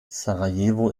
sarajevo